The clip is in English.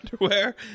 underwear